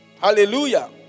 Hallelujah